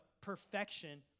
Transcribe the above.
perfection